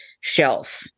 shelf